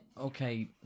okay